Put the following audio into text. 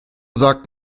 sagt